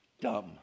dumb